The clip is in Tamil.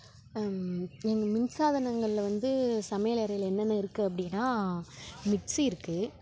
எங்கள் மின்சாதனங்களில் வந்து சமையலறையில் என்னென்ன இருக்குது அப்படின்னா மிக்ஸி இருக்குது